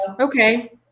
okay